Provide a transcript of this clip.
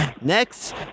Next